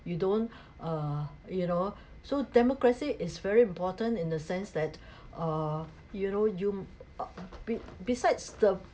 you don't uh you know so democracy is very important in the sense that uh you know you uh be besides the